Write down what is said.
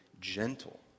gentle